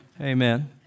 amen